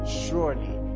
surely